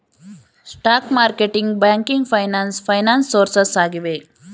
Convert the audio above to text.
stock marketing, banking finance finance sources ಆಗಿವೆ